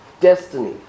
destiny